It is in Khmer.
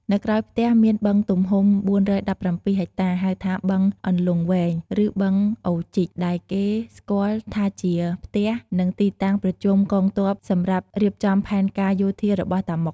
នៅក្រោយផ្ទះមានបឹងទំហំ ៤១៧ ហិកតា ហៅថាបឹងអន្លង់វែង ឬ បឹងអូរជីក ដែលគេស្គាល់ថាជាផ្ទះ និងទីតាំងប្រជុំកងទ័ពសម្រាប់រៀបចំផែនការយោធារបស់តាម៉ុក។